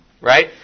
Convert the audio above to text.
Right